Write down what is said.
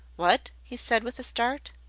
what? he said with a start.